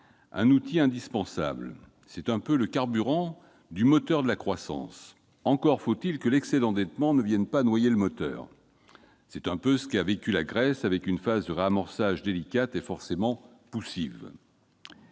nos économies ; c'est un peu le carburant du moteur de la croissance, mais encore faut-il que l'excès d'endettement ne vienne pas noyer le moteur ... C'est un peu ce qu'a vécu la Grèce avec une phase de réamorçage délicate et forcément poussive.